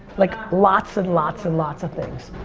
like, lots and lots and lots of things.